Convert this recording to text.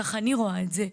ככה אני רואה את זה,